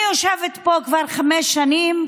אני יושבת פה כבר חמש שנים,